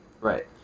Right